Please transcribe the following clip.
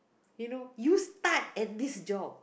you know you start at this job